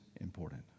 important